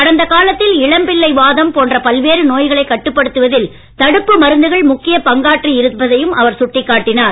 கடந்த காலத்தில் இளம்பிள்ளை வாதம் போன்ற பல்வேறு நோய்களைக் கட்டுப்படுத்துவதில் தடுப்பு மருந்துகள் முக்கிய பங்காற்றி இருப்பதையும் அவர் சுட்டிக்காட்டினார்